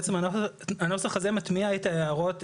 בעצם הנוסח הזה מטמיע את ההערות,